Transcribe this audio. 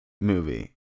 movie